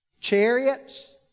chariots